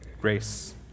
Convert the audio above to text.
grace